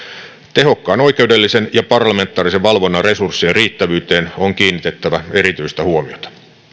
tehokkaan oikeudellisen ja parlamentaarisen valvonnan resurssien riittävyyteen on kiinnitettävä erityistä huomiota